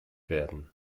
werden